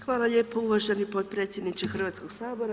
Hvala lijepo uvaženi potpredsjedniče Hrvatskog sabora.